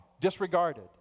disregarded